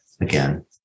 again